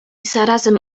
zarazem